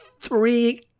three